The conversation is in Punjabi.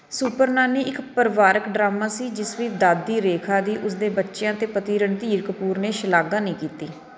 ਸੁਪਰ ਨਾਨੀ ਇੱਕ ਪਰਿਵਾਰਕ ਡਰਾਮਾ ਸੀ ਜਿਸ ਵਿੱਚ ਦਾਦੀ ਰੇਖਾ ਦੀ ਉਸ ਦੇ ਬੱਚਿਆਂ ਅਤੇ ਪਤੀ ਰਣਧੀਰ ਕਪੂਰ ਨੇ ਸ਼ਲਾਘਾ ਨਹੀਂ ਕੀਤੀ